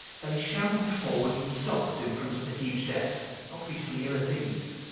they shambled forward and stopped in front of the huge desk, obviously ill at ease.